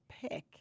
pick